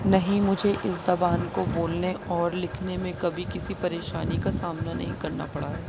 نہیں مجھے اس زبان کو بولنے اور لکھنے میں کبھی کسی پریشانی کا سامنا نہیں کرنا پڑا ہے